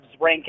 rankings